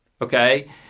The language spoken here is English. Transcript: Okay